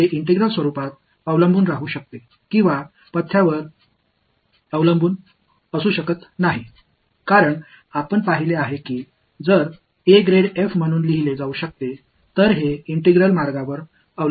எனவே இன்டெக்ரால்ஸ் தன்மை பொறுத்து பாதையை சார்ந்து இருக்கலாம் அல்லது சார்ந்து இல்லாதிருக்கலாம் ஏனென்றால் a கிராட் f என எழுத முடியுமானால் இன்டெக்ரால்ஸ் இந்த பாதையை சார்ந்தது அல்ல